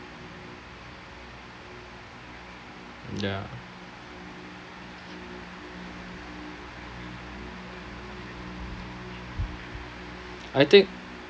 ya I think